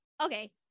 okay